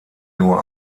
nur